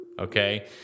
okay